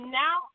now